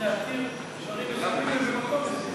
להתיר דברים מסוימים במקום מסוים.